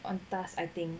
on task I think